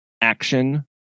action